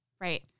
Right